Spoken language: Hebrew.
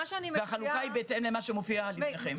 והחלוקה היא בהתאם למה שמופיע לפניכם.